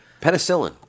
penicillin